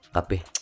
Kape